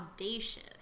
audacious